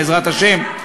בעזרת השם,